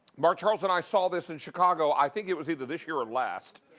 markcharles and i saw this in chicago. i think it was either this year or last.